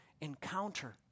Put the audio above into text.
encounter